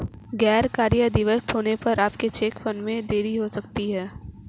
गैर कार्य दिवस होने पर आपके चेक फंड में देरी हो सकती है